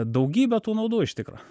daugybė tų naudų iš tikro